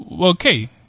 okay